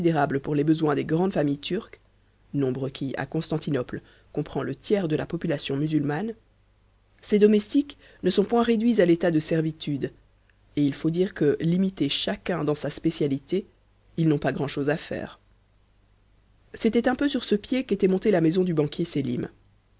pour les besoins des grandes familles turques nombre qui à constantinople comprend le tiers de la population musulmane ces domestiques ne sont point réduits à l'état de servitude et il faut dire que limités chacun dans sa spécialité ils n'ont pas grand'chose à faire c'était un peu sur ce pied qu'était montée la maison du banquier sélim